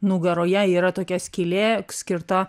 nugaroje yra tokia skylė skirta